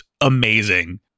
amazing